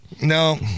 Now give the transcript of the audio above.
No